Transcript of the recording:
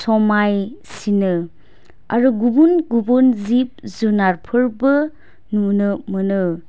समायसिनो आरो गुबुन गुबुन जिब जुनारफोरबो नुनो मोनो